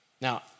Now